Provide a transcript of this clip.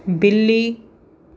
ਬਿੱਲੀ